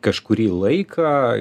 kažkurį laiką